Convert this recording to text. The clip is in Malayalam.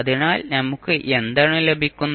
അതിനാൽ നമുക്ക് എന്താണ് ലഭിക്കുന്നത്